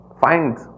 Find